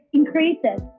increases